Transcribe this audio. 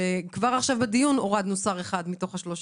וכבר בדיון הזה הורדנו שר אחד מתוך השלושה.